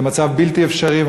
זה מצב בלתי אפשרי,